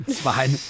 fine